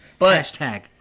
Hashtag